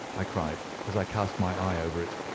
i cried, as i cast my eye over it,